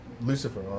Lucifer